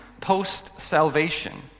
post-salvation